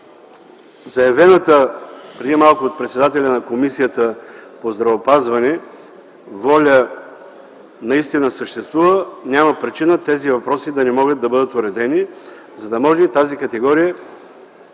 заявената, преди малко от председателя на Комисията по здравеопазването, воля наистина съществува, няма причина тези въпроси да не могат да бъдат уредени, за да може тази категория